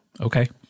Okay